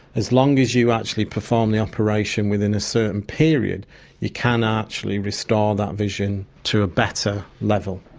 as long as you actually perform the operation within a certain period you can actually restore that vision to a better level.